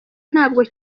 ntabwo